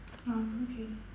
uh okay